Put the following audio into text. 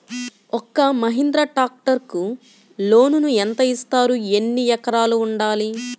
ఒక్క మహీంద్రా ట్రాక్టర్కి లోనును యెంత ఇస్తారు? ఎన్ని ఎకరాలు ఉండాలి?